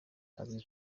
azwi